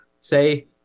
say